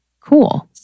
cool